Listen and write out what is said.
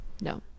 No